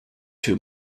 two